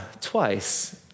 twice